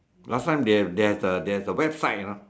last time they have they have the they have the website you know